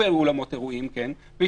מעונות היום והמשפחתונים בסעיף הזה.